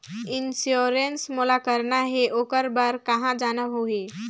Insurance मोला कराना हे ओकर बार कहा जाना होही?